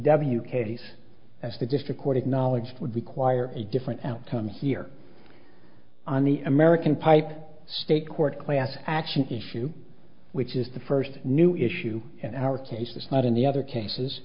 w case as the district court acknowledged would require a different outcome here on the american pipe state court class action issue which is the first new issue in our case was not in the other cases